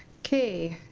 k,